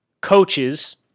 coaches